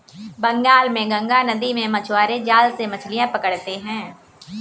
बंगाल में गंगा नदी में मछुआरे जाल से मछलियां पकड़ते हैं